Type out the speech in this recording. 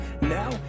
Now